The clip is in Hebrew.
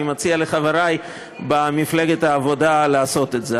אני מציע לחברי במפלגת העבודה לעשות את זה.